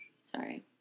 Sorry